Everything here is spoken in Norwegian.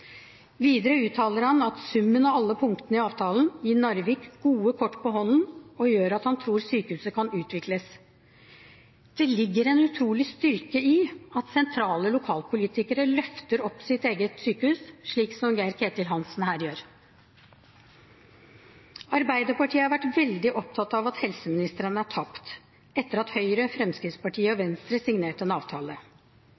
Videre uttaler han at summen av alle punktene i avtalen gir Narvik gode kort på hånden og gjør at han tror sykehuset kan utvikles. Det ligger en utrolig styrke i at sentrale lokalpolitikere løfter opp sitt eget sykehus, slik som Geir-Ketil Hansen her gjør. Arbeiderpartiet har vært veldig opptatt av at helseministeren har tapt, etter at Høyre, Fremskrittspartiet og